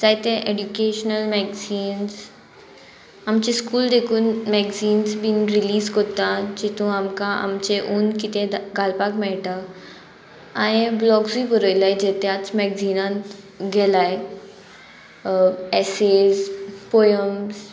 जायते educational magazines आमचे school देखून मॅग्जिन्स बीन रिलीज कोत्ता जितू आमकां आमचे ऊन कितें घालपाक मेळटा हांये ब्लॉग्सूय बरयले जे त्याच मॅग्जिनान गेल्या एसेज पोयम्स